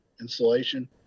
insulation